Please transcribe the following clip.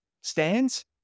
Stands